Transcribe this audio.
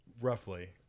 roughly